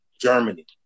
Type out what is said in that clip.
Germany